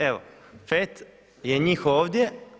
Evo pet je njih ovdje.